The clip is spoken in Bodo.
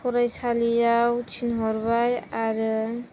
फरायसालियाव थिनहरबाय आरो